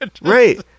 right